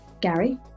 Gary